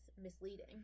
misleading